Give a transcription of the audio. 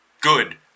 Good